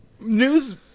news